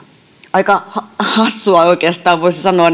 aika hassua oikeastaan voisi sanoa